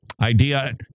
Idea